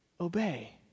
Obey